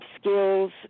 skills